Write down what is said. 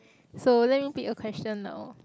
so let me pick your question now